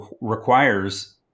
requires